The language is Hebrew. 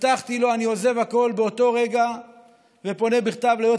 הבטחתי לו שאני עוזב הכול באותו רגע ופונה בכתב ליועץ